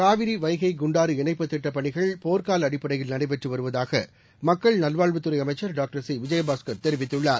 காவிரி வைகை குண்டாறு இணைப்புத் திட்டப் பணிகள் போர்க்கூல அடிப்படையில் நடைபெற்று வருவதாக மக்கள் நல்வாழ்வத்துறை அமைச்சர் டாக்டர் சி விஜயபாஸ்கர் தெரிவித்துள்ளார்